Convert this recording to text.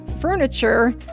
furniture